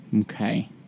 Okay